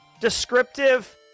descriptive